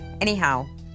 Anyhow